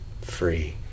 free